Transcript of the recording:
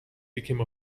became